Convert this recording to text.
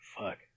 Fuck